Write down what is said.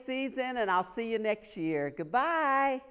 season and i'll see you next year good bye